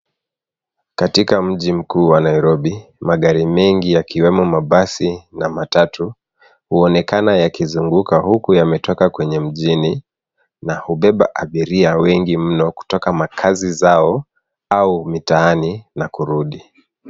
Katika mji mkuu wa Nairobi magari mengi yakiwemo mabasi na matatu huonekana yakizunguka huku yametoka kwenye mjini, na hubeba abiria wengi mno kutoka makazi zao au mitaani na kurudi.